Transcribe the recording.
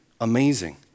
amazing